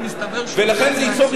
זה יוריד